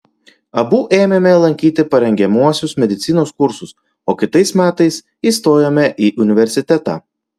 abu ėmėme lankyti parengiamuosius medicinos kursus o kitais metais įstojome į universitetą